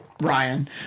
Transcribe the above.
Ryan